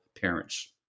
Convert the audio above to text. parents